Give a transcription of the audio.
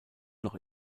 noch